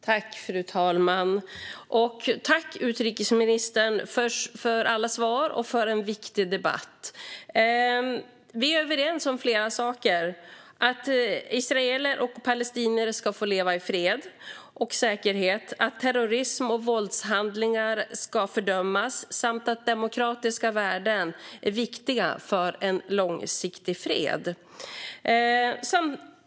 Fru talman! Tack, utrikesministern, för alla svar och för en viktig debatt! Vi är överens om flera saker: att israeler och palestinier ska få leva i fred och säkerhet, att terrorism och våldshandlingar ska fördömas och att demokratiska värden är viktiga för en långsiktig fred.